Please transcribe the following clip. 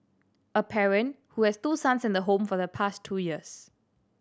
a parent who has two sons in the home for the past two years